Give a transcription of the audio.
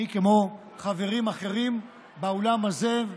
אני, כמו חברים אחרים באולם הזה,